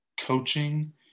coaching